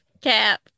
cap